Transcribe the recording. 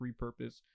repurpose